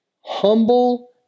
humble